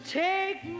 take